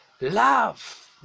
Love